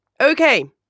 okay